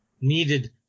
needed